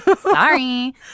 Sorry